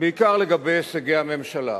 בעיקר לגבי הישגי הממשלה.